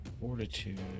fortitude